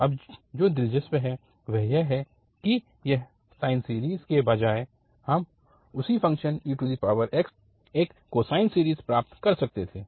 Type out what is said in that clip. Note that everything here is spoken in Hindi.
तो अब जो दिलचस्प है वह यह कि इस साइन सीरीज़ के बजाय हम उसी फ़ंक्शन ex के लिए एक कोसाइन सीरीज़ प्राप्त कर सकते थे